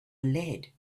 lead